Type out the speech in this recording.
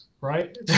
right